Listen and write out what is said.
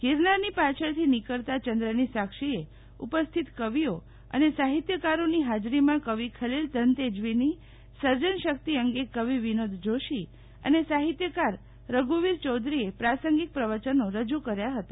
ગિરનારની પાછળથી નીકળતા ચંદ્રની સાક્ષીએ ઉપસ્થિત કવિઓ અને સાહિત્યકારો ની ફાજરીમાં કવિ ખલીલ ધનતેજવીની સજનશક્તિ અંગે કવિ વિનોદ જોશી અને સાફિત્યકાર રધુવીર ચૌધરી એ પ્રાસંગિક પ્રવચનો રજુ કર્યા હતા